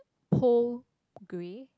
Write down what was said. pole grey